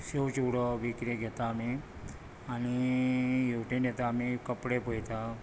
शेव चिवडो बी कितें घेता आमी आनी हेवटेन येता आमी कपडे पयता